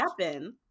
Happen